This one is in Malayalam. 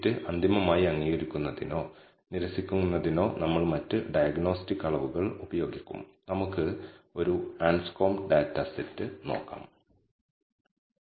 β0 എന്ന ഇന്റർസെപ്റ്റ് പദവും β1 എന്ന സ്ലോപ്പ് പദവും മാത്രമാണ് നമ്മൾ ഫിറ്റ് ചെയ്യുന്ന 2 പാരാമീറ്ററുകൾ നമ്മൾ ഇന്റർസെപ്റ്റ് ഫിറ്റ് ചെയ്യണമോ വേണ്ടയോ അത് 0 ആയി എടുക്കണമോ എന്ന് അറിയാൻ നമ്മൾ ആഗ്രഹിക്കുന്നു